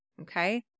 okay